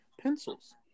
pencils